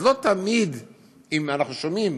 אז לא תמיד כשאנחנו שומעים